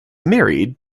married